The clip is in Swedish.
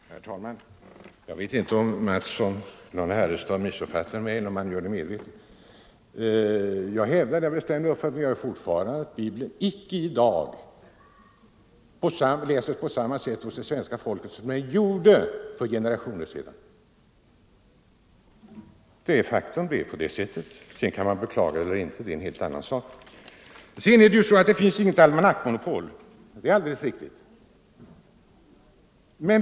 Herr talman! Jag vet inte om herr Mattsson i Lane-Herrestad missuppfattar mig medvetet eller omedvetet. Jag hävdar fortfarande den bestämda uppfattningen att Bibeln icke är föremål för läsning på samma sätt hos det svenska folket som skedde för generationer sedan. Det är ett faktum; man kan beklaga det eller inte. Det finns inget almanacksmonopol, det är alldeles riktigt.